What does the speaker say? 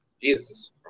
Jesus